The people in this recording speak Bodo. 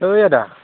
ओइ आदा